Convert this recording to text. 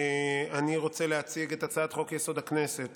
אני רוצה להציג את הצעת חוק-יסוד: הכנסת